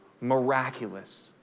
miraculous